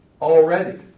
already